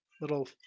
Little